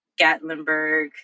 Gatlinburg